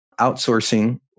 Outsourcing